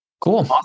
Cool